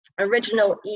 original